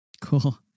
Cool